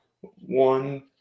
one